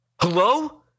Hello